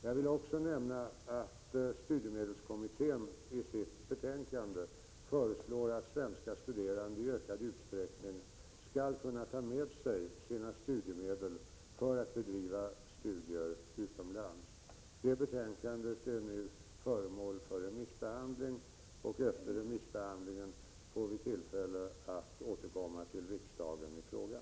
Jag vill också nämna att studiemedelskommittén i sitt betänkande föreslår att svenska studerande i ökad utsträckning skall kunna ta med sig sina studiemedel för att bedriva studier utomlands. Det betänkandet är nu föremål för remissbehandling. Efter remissbehandlingen får vi tillfälle att återkomma till riksdagen i frågan.